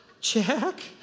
Jack